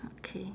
okay